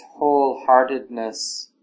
wholeheartedness